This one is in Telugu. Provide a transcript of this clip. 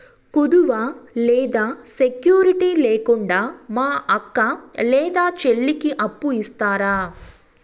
కుదువ లేదా సెక్యూరిటి లేకుండా మా అక్క లేదా చెల్లికి అప్పు ఇస్తారా?